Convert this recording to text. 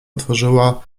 otworzyła